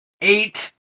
eight